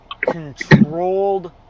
controlled